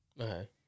Okay